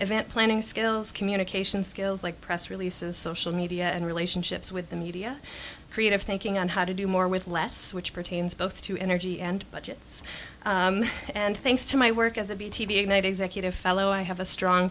event planning skills communication skills like press releases social media and relationships with the media creative thinking on how to do more with less which pertains both to energy and budgets and thanks to my work as a b t v ignite executive fellow i have a strong